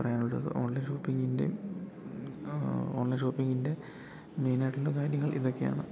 പറയാനുള്ളത് ഓൺലൈൻ ഷോപ്പിങ്ങിൻ്റെ ഓൺലൈൻ ഷോപ്പിങ്ങിൻ്റെ മെയിനായിട്ടുള്ള കാര്യങ്ങൾ ഇതൊക്കെയാണ്